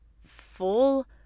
full